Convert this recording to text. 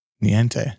niente